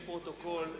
יש פרוטוקול,